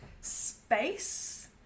space